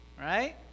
Right